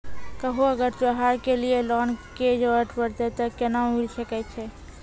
कभो अगर त्योहार के लिए लोन के जरूरत परतै तऽ केना मिल सकै छै?